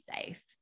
safe